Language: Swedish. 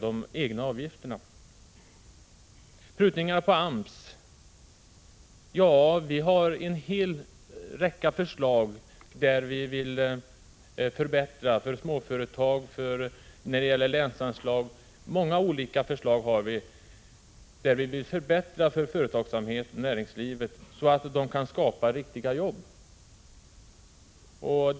Beträffande prutningarna till AMS har vi en hel räcka av förslag, enligt vilka vi vill förbättra för småföretag och när det gäller länsanslag. Genom dessa förslag vill vi förbättra möjligheterna för företagsamheten och näringslivet att skapa riktiga jobb.